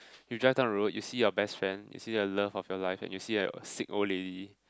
you drive down the road you see your best friend you see the love of your life and you see a sick old lady